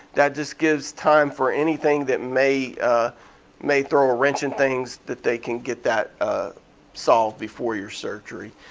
that just gives time for anything that may ah may throw a wrench in things, that they can get that solved before your surgery.